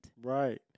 Right